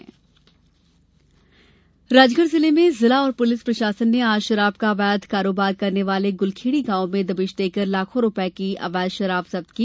शराब पथराव राजगढ़ जिले में जिला और पुलिस प्रशासन ने आज शराब का अवैध कारोबार करने वाले गुलखेड़ी गांव में दबिश देकर लाखों रूपये की अवैध शराब जब्त की